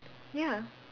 ya